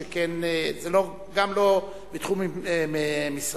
שכן זה לא בתחום משרדה,